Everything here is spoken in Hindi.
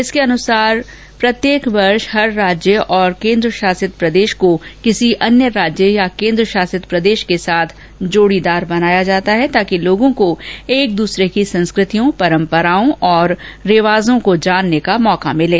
इसके अनुसार प्रत्येक वर्ष हर राज्य और केंद्र शासित प्रदेश को किसी अन्य राज्य या केंद्र शासित प्रदेश के साथ जोड़ीदार बनाया जाता है ताकि लोगों को एक दूसरे की संस्कृतियों परंपराओं और रिवाजों को जानने का अवसर भिल सके